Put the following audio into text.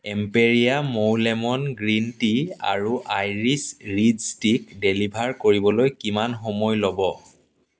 এম্পেৰীয়া মৌ lemon green tea আৰু Irish reed stick deliver কৰিবলৈ কিমান সময় ল'ব